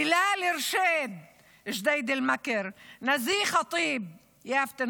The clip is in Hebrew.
בלאל ארשייד מג'דיידה-מכר, נזיה ח'טיב מיפיע,